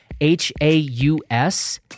H-A-U-S